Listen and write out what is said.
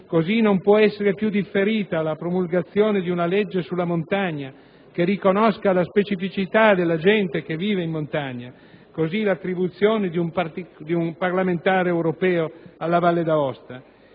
Non può essere più differita la promulgazione di una legge sulla montagna, che riconosca la specificità della gente che vive in montagna, così come l'attribuzione di un parlamentare europeo alla Valle d'Aosta.